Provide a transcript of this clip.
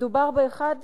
מדובר באחד